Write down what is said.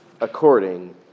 according